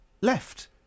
left